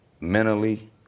mentally